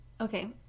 Okay